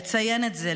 לציין את זה,